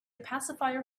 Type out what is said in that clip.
pacifier